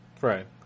Right